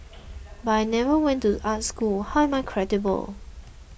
but I never went to art school how am I credible